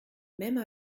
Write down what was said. même